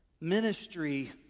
Ministry